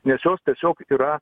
nes jos tiesiog yra